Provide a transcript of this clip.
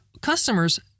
customers